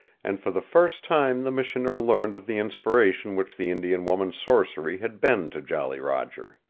and for the first time the missioner learned of the inspiration which the indian woman's sorcery had been to jolly roger.